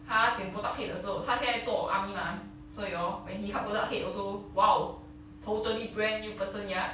他剪 botak head 的时候他现在做 army mah 所以 hor when he cut botak head also !wow! totally brand new person ya